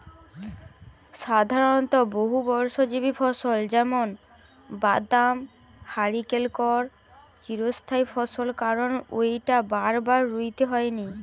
সাধারণত বহুবর্ষজীবী ফসল যেমন বাদাম হারিকে কয় চিরস্থায়ী ফসল কারণ সউটা বারবার রুইতে হয়নি